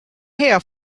have